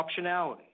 optionality